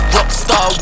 Rockstar